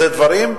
אלה דברים,